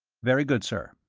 very good, sir.